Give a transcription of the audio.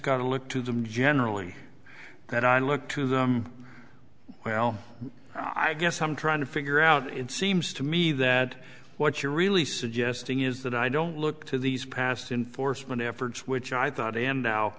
got to look to them generally that i look to them well i guess i'm trying to figure out it seems to me that what you're really suggesting is that i don't look to these past in force when efforts which i thought and now